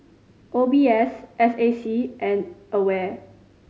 O B S S A C and AWARE